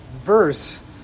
verse